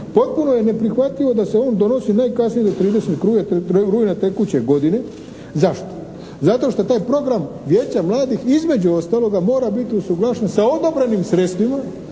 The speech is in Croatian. Potpuno je neprihvatljivo da se on donosi najkasnije do 30. rujna tekuće godine. Zašto? Zato što taj program vijeća mladih između ostaloga mora biti usuglašen sa odabranim sredstvima